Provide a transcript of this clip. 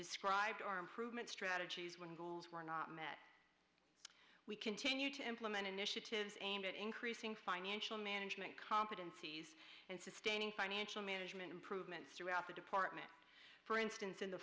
described our improvement strategies when goals were not met we continue to implement initiatives aimed at increasing financial management competencies and sustaining financial management improvement throughout the department for instance in the